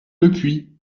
lepuix